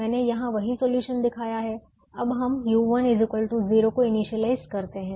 मैंने यहाँ वही सॉल्यूशन दिखाया है अब हम u1 0 को इनिशियलाइज़ करते हैं